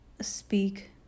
speak